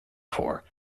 corps